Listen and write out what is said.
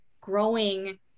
growing